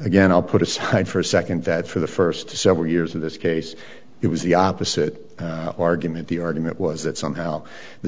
again i'll put aside for a second that for the first several years of this case it was the opposite argument the argument was that somehow the